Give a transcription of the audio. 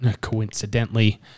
coincidentally